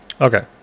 Okay